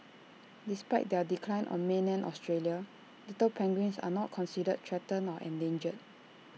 despite their decline on mainland Australia little penguins are not considered threatened or endangered